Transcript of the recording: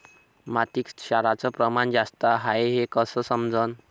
मातीत क्षाराचं प्रमान जास्त हाये हे कस समजन?